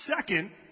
Second